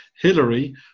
Hillary